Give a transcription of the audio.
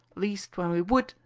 least, when we would,